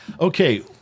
okay